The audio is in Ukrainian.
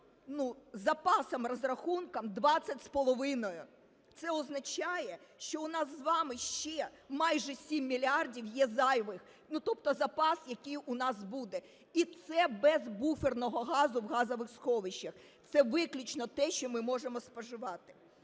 самим запасам, розрахункам 20,5. Це означає, що у нас з вами ще майже 7 мільярдів є зайвих, тобто запас, який у нас буде, і це без буферного газу в газових сховищах. Це виключно те, що ми можемо споживати.